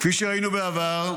כפי שראינו בעבר,